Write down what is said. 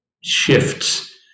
shifts